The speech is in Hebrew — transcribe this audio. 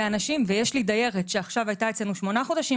יש לי דיירת שהייתה אצלנו שמונה חודשים,